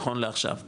נכון לעכשיו,